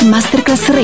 Masterclass